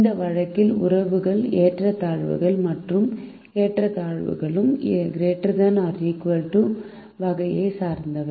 இந்த வழக்கில் உறவுகள் ஏற்றத்தாழ்வுகள் மற்றும் இரு ஏற்றத்தாழ்வுகளும் ≤ வகையைச் சேர்ந்தவை